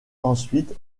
ensuite